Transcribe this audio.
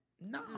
No